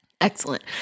Excellent